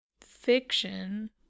fiction